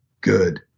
good